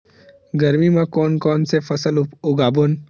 गरमी मा कोन कौन से फसल उगाबोन?